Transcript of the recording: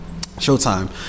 Showtime